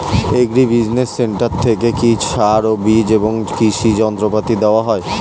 Agri business centre থেকে কি সার ও বিজ এবং কৃষি যন্ত্র পাতি দেওয়া হয়?